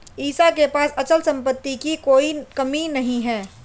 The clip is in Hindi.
ईशा के पास अचल संपत्ति की कोई कमी नहीं है